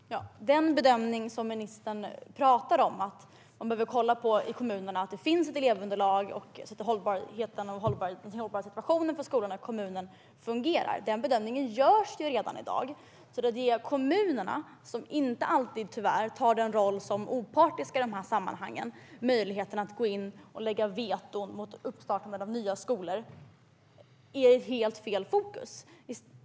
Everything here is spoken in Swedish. Herr talman! Den bedömning som ministern pratar om, att man behöver se över i kommunerna om det finns ett elevunderlag och att situationen för skolorna fungerar, görs redan i dag. Att ge kommunerna, som inte alltid är opartiska i de här sammanhangen, möjligheten att lägga sitt veto mot uppstarten av nya skolor är helt fel fokus.